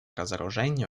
разоружению